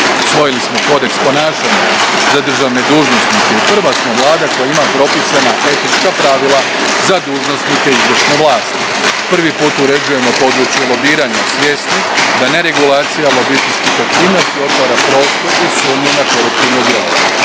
Usvojili smo Kodeks ponašanja za državne dužnosnike i prva smo Vlada koja ima propisane etička pravila za dužnosnike izvršne vlasti. Prvi put uređujemo područje lobiranja svjesni da neregulacija lobističkih aktivnosti otvara prostor i sumnju na koruptivno